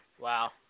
Wow